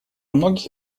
многих